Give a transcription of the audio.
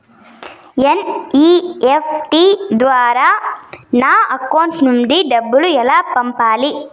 NEFT ద్వారా నా account నుండి డబ్బులు ఎలా పంపాలి